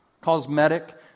cosmetic